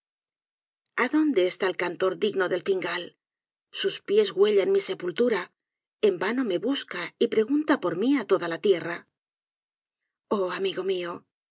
preguntará a dónde está el cantor digno dé fingál sus pies huellan mi sepultura en vano me busca y pregunta por mí á toda la tierra oh amigo mío